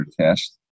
test